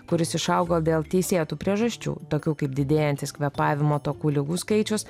kuris išaugo dėl teisėtų priežasčių tokių kaip didėjantis kvėpavimo takų ligų skaičius